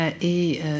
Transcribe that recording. et